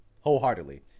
Wholeheartedly